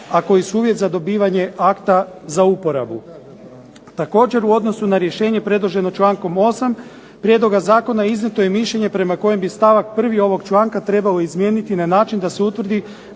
a koji su uvjet za dobivanje akta za uporabu. Također u odnosu na rješenje predloženo člankom 8. prijedloga zakona iznijeto je mišljenje prema kojem bi stavak 1. ovog članka trebalo izmijeniti na način da se utvrdi